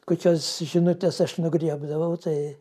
kokias žinutes aš nugriebdavau tai